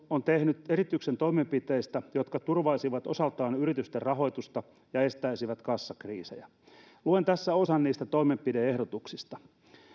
on tehnyt esityksen toimenpiteistä jotka turvaisivat osaltaan yritysten rahoitusta ja estäisivät kassakriisejä luen tässä osan niistä toimenpide ehdotuksista